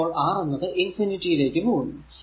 അപ്പോൾ R എന്നത് infinity യിലേക്ക് പോകുന്നു